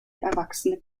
erwachsene